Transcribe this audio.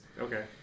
okay